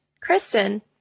Kristen